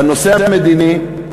בנושא המדיני,